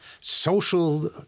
social